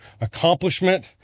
accomplishment